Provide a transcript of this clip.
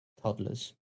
toddlers